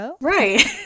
right